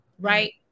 right